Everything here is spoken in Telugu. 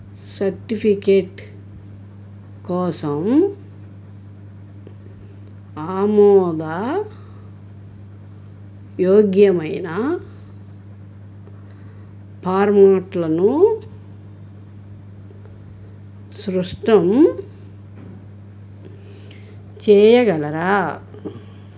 సర్టిఫికేట్ కోసం ఆమోద యోగ్యమైన ఫార్మాట్లను స్పష్టం చేయగలరా